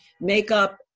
makeup